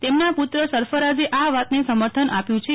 તેમના પુત્ર સરફરાઝે આ વાતને સમર્થન આપ્યું છે